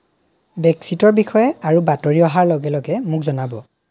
ব্ৰেক্সিটৰ বিষয়ে আৰু বাতৰি অহাৰ লগে লগে মোক জনাব